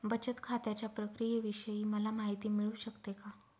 बचत खात्याच्या प्रक्रियेविषयी मला माहिती मिळू शकते का?